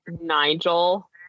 Nigel